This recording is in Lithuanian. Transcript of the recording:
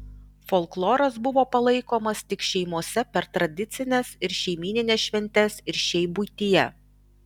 folkloras buvo palaikomas tik šeimose per tradicines ir šeimynines šventes ir šiaip buityje